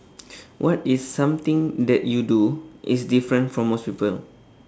what is something that you do is different from most people